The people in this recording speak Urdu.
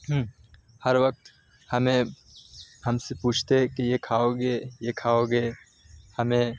ہر وقت ہمیں ہم سے پوچھتے کہ یہ کھاؤگے یہ کھاؤگے ہمیں